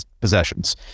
possessions